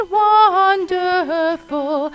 wonderful